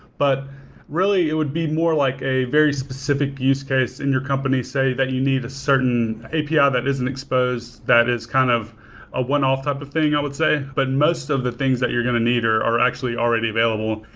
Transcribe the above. but really, it would be more like a very specific use case in your company, say, that you need a certain api ah that isn't exposed that is kind of a one-off type of thing, i would say. but most of the things that you're going to need are are actually already available.